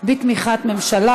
בתמיכת ממשלה,